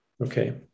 Okay